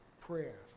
prayer